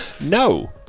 No